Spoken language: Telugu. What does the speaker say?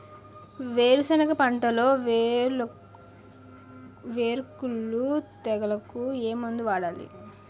వేరుసెనగ పంటలో వేరుకుళ్ళు తెగులుకు ఏ మందు వాడాలి?